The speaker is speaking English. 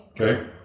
Okay